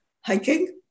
hiking